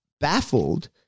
baffled